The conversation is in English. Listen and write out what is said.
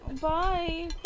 Bye